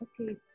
Okay